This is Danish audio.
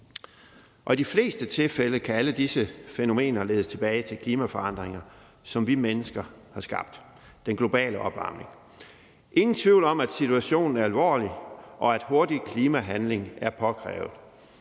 i de fleste tilfælde kan alle disse fænomener ledes tilbage til klimaforandringer, som vi mennesker har skabt: den globale opvarmning. Der er ingen tvivl om, at situationen er alvorlig, og at hurtig klimahandling er påkrævet.